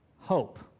hope